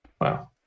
Wow